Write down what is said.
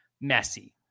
messy